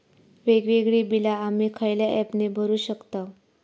वेगवेगळी बिला आम्ही खयल्या ऍपने भरू शकताव?